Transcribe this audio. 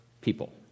people